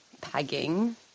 pegging